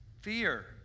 fear